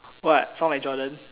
what sound like Jordan